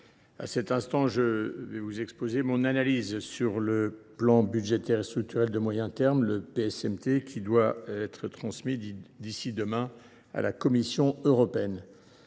collègues, je vais vous présenter mon analyse du plan budgétaire et structurel à moyen terme (PSMT) qui doit être transmis d’ici à demain à la Commission européenne.